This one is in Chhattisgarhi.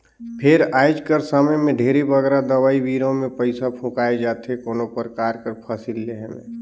फेर आएज कर समे में ढेरे बगरा दवई बीरो में पइसा फूंकाए जाथे कोनो परकार कर फसिल लेहे में